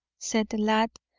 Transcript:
said the lad,